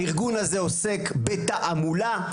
הארגון הזה עוסק בתעמולה,